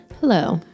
Hello